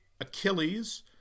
Achilles